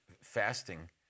fasting